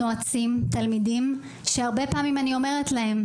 נועצים תלמידים שהרבה פעמים אני אומרת להם,